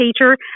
teacher